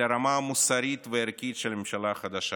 הרמה המוסרית והערכית של הממשלה החדשה.